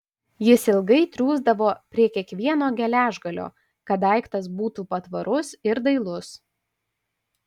jis ilgai triūsdavo prie kiekvieno geležgalio kad daiktas būtų patvarus ir dailus